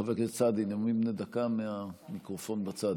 חבר הכנסת סעדי, נאומים בני דקה, מהמיקרופון בצד.